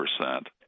percent